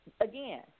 again